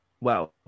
Wow